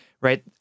right